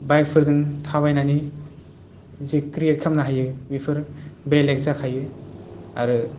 बाइकफोरजों थाबायनानै जि क्रिएट खामनो हायो बिफोरो बेलेग जाखायो आरो